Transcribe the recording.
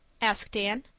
asked anne,